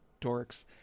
dorks